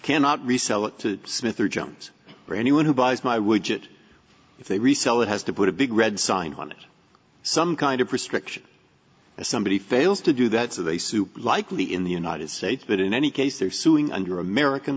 cannot resell it to smith or jones or anyone who buys my widget if they resell it has to put a big red sign on it some kind of restriction if somebody fails to do that so they sue likely in the united states that in any case they're suing under american